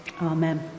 Amen